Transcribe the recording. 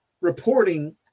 reporting